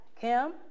Kim